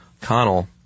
Connell